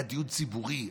היה דיון ציבורי,